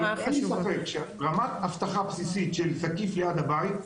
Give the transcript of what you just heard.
אבל אין ספק שרמת אבטחה בסיסית של זקיף ליד הבית,